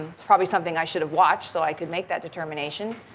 it's probably something i should have watched so i could make that determination.